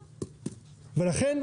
לכן,